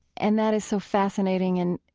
and that is so fascinating. and,